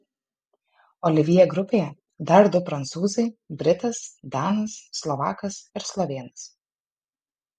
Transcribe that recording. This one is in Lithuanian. olivjė grupėje dar du prancūzai britas danas slovakas ir slovėnas